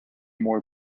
more